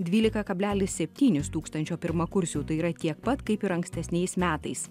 dvylika kablelis septynis tūkstančio pirmakursių tai yra tiek pat kaip ir ankstesniais metais